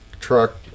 truck